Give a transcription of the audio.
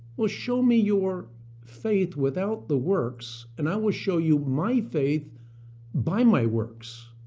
well show me your faith without the works, and i will show you my faith by my works.